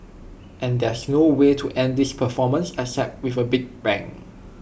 and there's no way to end this performance except with A big bang